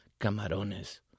Camarones